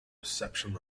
reception